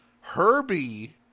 Herbie